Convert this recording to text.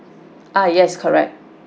ah yes correct